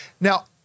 Now